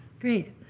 Great